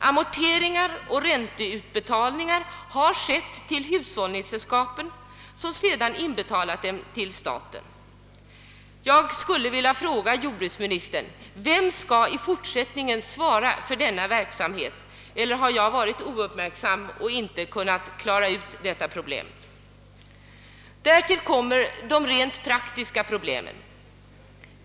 Amorteringar och räntebetalningar har skett till hushållningsällskapen som sedan inbetalat dem till staten. Jag skulle vilja fråga jordbruksministern vem som i fortsättningen skall svara för denna verksamhet? Därtill kommer de rent praktiska problemen.